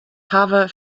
hawwe